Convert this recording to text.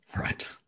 Right